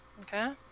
Okay